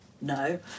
No